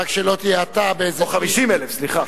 50,000. 50,000, סליחה.